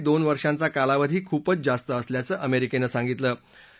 त्यासाठी दोन वर्षांचा कालावधी खूपच जास्त असल्याचं अमेरिकेनं सांगितलं